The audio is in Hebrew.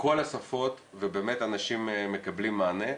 בכל השפות ובאמת אנשים מקבלים מענה,